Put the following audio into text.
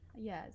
yes